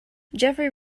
jeffery